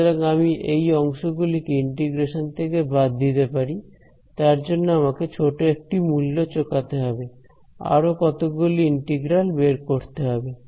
সুতরাং আমি এই অংশগুলিকে ইন্টিগ্রেশন থেকে বাদ দিতে পারি তার জন্য আমাকে ছোট একটি মূল্য চোকাতে হবে আরো কতগুলি ইন্টিগ্রাল বের করতে হবে